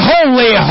Holy